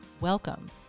Welcome